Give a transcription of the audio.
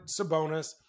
Sabonis